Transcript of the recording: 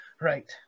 Right